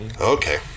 Okay